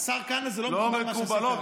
השר כהנא, זה לא מקובל מה שעשית עכשיו.